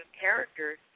characters